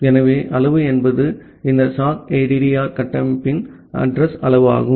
ஆகவே அளவு என்பது இந்த sockaddr கட்டமைப்பின் அட்ரஸ் அளவு ஆகும்